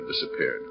disappeared